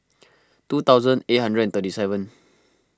two thousand eight hundred thirty seven